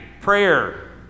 prayer